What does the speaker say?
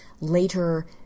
later